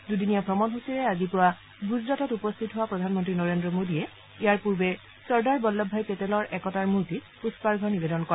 দুদিনীয়া ব্ৰমনসূচীৰে আজি পুৱা গুজৰাটত উপস্থিত হোৱা প্ৰধান মন্ত্ৰী নৰেন্দ্ৰ মোদীয়ে ইয়াৰ পূৰ্বে চৰ্দাৰ বল্লভ ভাই পেটেলৰ একতাৰ মূৰ্তিত পূস্পাৰ্ঘ্য নিবেদন কৰে